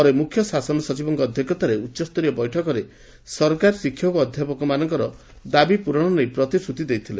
ପରେ ମୁଖ୍ୟଶାସନ ସଚିବଙ୍କ ଅଧ୍ଧକ୍ଷତାରେ ଉଚ୍ଚସ୍ତରୀୟ ବୈଠକରେ ସରକାର ଶିକ୍ଷକ ଓ ଅଧାପକମାନଙ୍କ ଦାବି ପୂରଣ ନେଇ ପ୍ରତିଶ୍ରତି ଦେଇଥିଲେ